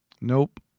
Nope